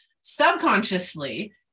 subconsciously